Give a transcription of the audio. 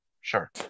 Sure